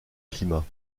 climat